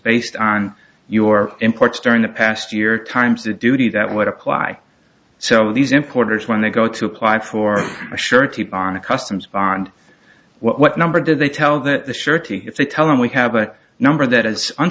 based on your imports during the past year times the duty that would apply so these importers when they go to apply for a surety on a customs bond what number do they tell the surety if they tell them we have a number that has